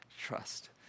Trust